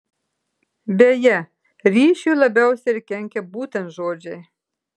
beje ryšiui labiausiai ir kenkia būtent žodžiai